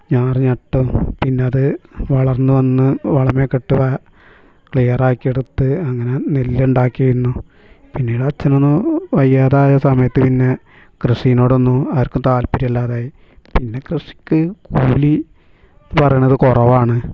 ഞാറ് നട്ട് പിന്നതു വളർന്നു വന്നു വളമൊക്കെയിട്ട് വാ ക്ലിയറാക്കിയെടുത്ത് അങ്ങനെ നെല്ലുണ്ടാക്കിയിരുന്നു പിന്നീട് അച്ഛനൊന്നു വയ്യാതായ സമയത്ത് പിന്നെ കൃഷിയിനോടൊന്നും ആർക്കും താത്പര്യമില്ലാതായി പിന്നെ കൃഷിക്കു കൂലി പറയണതു കുറവാണ്